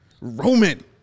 Roman